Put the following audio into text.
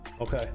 okay